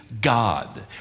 God